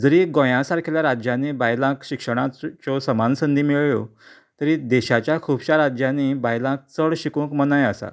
जरी गोंया सारकिल्या राज्यानीं बायलांक शिक्षणाच्यो समान संधी मेळ्यो तरी देशाच्या खुबश्या राज्यांनी बायलांक चड शिकूंक मनाय आसा